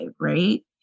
right